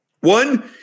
One